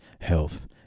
health